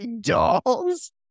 dolls